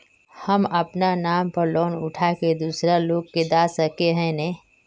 हम अपना नाम पर लोन उठा के दूसरा लोग के दा सके है ने